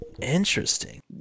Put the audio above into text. interesting